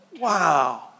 Wow